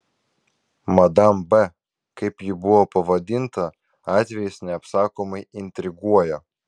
madam b kaip ji buvo pavadinta atvejis neapsakomai intriguoja